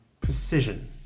precision